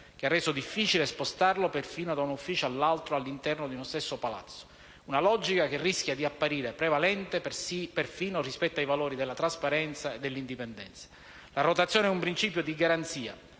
che ha reso difficile spostarlo perfino da un ufficio all'altro all'interno di uno stesso palazzo: una logica che rischia di apparire prevalente perfino rispetto ai valori della trasparenza e dell'indipendenza. La rotazione è un principio di garanzia,